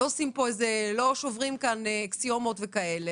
לא שוברים כאן אקסיומות וכאלה.